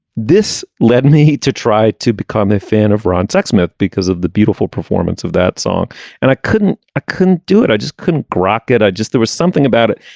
this led me to try to become a fan of ron sexsmith because of the beautiful performance of that song and i couldn't i couldn't do it i just couldn't grok it i just there was something about it.